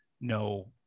no